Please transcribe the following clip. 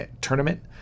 tournament